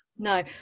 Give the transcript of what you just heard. No